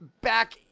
back